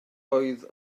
oedd